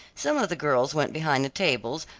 some of the girls went behind the tables,